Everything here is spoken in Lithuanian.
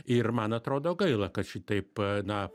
ir man atrodo gaila kad šitaip na